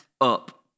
up